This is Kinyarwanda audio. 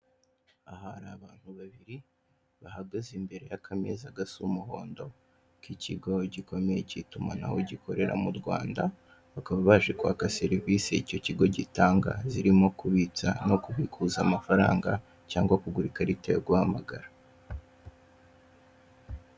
Aha hari abantu babiri bahagaze imbere y'akameza gasa umuhondo k'ikigo gikomeye cy'itumanaho gikorera mu Rwanda, bakaba baje kwaka serivisi icyo kigo gitanga, zirimo kubitsa no kubikuza amafaranga cyangwa kugura ikarita yo guhamagara.